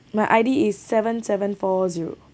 my I_D is seven seven four zero